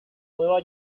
nueva